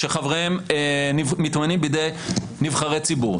שחבריהם מתמנים בידי נבחרי ציבור.